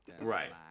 Right